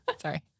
Sorry